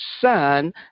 Son